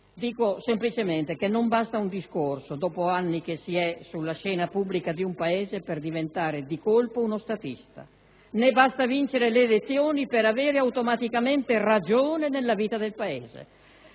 Dico semplicemente che non basta un discorso, dopo anni che si è sulla scena pubblica di un Paese, per diventare, di colpo, uno statista. Né basta vincere le elezioni per avere automaticamente ragione nella vita del Paese.